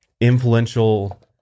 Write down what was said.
influential